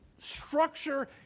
structure